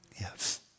Yes